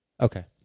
Okay